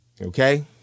Okay